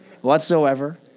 Whatsoever